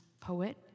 poet